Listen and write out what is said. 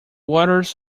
waters